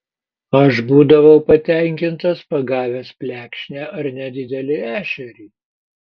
aš būdavau patenkintas pagavęs plekšnę ar nedidelį ešerį